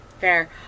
fair